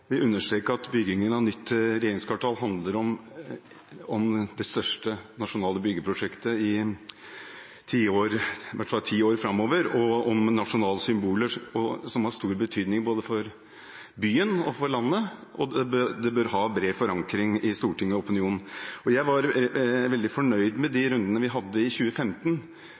at byggingen av nytt regjeringskvartal handler om det største nasjonale byggeprosjektet i hvert fall i ti år framover, og om nasjonale symboler som har stor betydning både for byen og for landet, og det bør ha bred forankring i Stortinget og i opinionen. Jeg var veldig fornøyd med de rundene vi hadde i 2015,